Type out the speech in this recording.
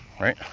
Right